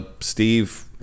Steve